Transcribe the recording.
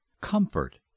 comfort